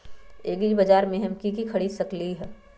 एग्रीबाजार से हम की की खरीद सकलियै ह?